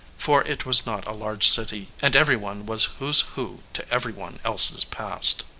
for it was not a large city and every one was who's who to every one else's past.